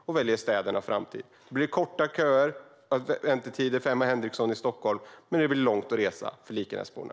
Då blir det korta köer och väntetider för Emma Henriksson i Stockholm, men det blir långt att resa för Likenäsborna.